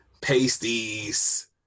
pasties